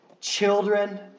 children